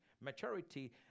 Maturity